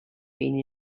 been